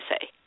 say